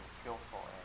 skillful